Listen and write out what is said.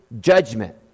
judgment